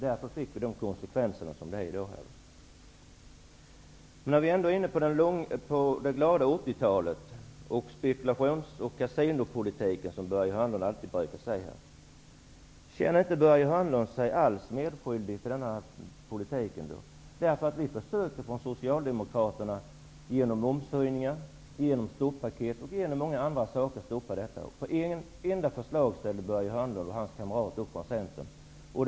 Det ledde till de konsekvenser som vi har i dag. När vi ändå är inne på det glada 80-talet och spekulations och kasinopolitiken, som Börje Hörnlund alltid brukar säga, undrar jag om Börje Hörnlund inte alls känner sig medskyldig till den. Vi socialdemokrater försökte stoppa detta genom momshöjningar, stoppaket och många andra saker. Börje Hörnlund och hans kamrater från Centern ställde upp på en enda sak.